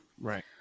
Right